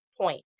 point